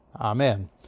Amen